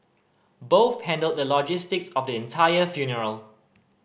both handled the logistics of the entire funeral